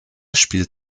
spielt